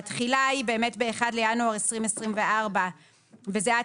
התחילה היא באמת ב-1 בינואר 2024 וזה עד